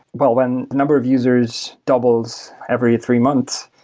well, when the number of users doubles every three months,